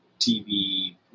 TV